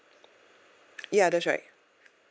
ya that's right